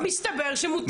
מסתבר שמותר.